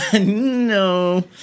No